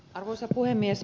arvoisa puhemies